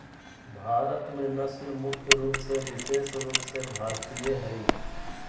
भारत में नस्ल मुख्य रूप से विशेष रूप से भारतीय हइ